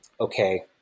okay